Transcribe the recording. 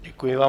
Děkuji vám.